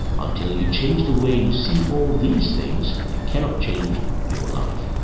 until you change the way you see all these things, you cannot change your life.